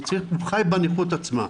הוא חי בנכות עצמה.